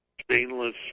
stainless